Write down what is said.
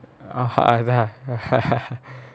அதான்:athaan